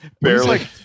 Barely